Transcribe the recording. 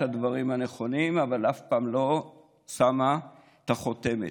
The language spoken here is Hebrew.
הדברים הנכונים אבל אף פעם לא שמה את החותמת.